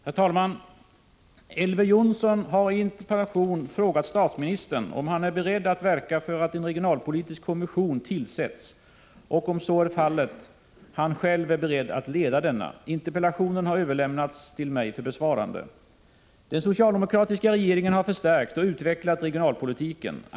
Herr talman! Elver Jonsson har i en interpellation frågat statsministern om han är beredd att verka för att en regionalpolitisk kommission tillsätts och om så är fallet han själv är beredd att leda denna. Interpellationen har överlämnats till mig för besvarande. Den socialdemokratiska regeringen har förstärkt och utvecklat regionalpolitiken.